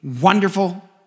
Wonderful